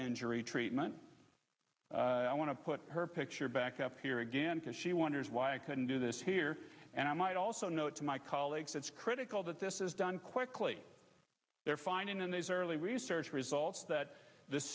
injury treatment i want to put her picture back up here again because she wonders why i can do this here and i might also note to my colleagues it's critical that this is done quickly they're finding in these early research results that th